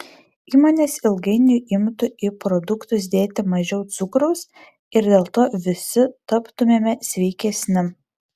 įmonės ilgainiui imtų į produktus dėti mažiau cukraus ir dėl to visi taptumėme sveikesni